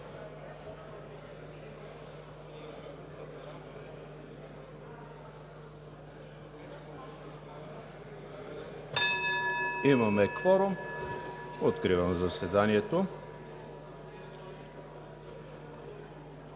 Имаме кворум. Откривам заседанието.